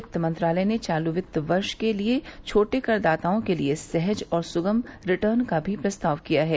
वित्त मंत्रालय ने चालू वित्त वर्ष के लिए छोटे कर दाताओं के लिए सहज और सुगम रिटर्न का भी प्रस्ताव किया है